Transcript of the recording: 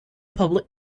public